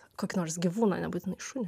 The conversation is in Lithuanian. kokį nors gyvūną nebūtinai šunį